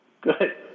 Good